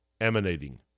emanating